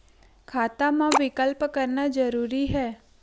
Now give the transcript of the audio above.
खाता मा विकल्प करना जरूरी है?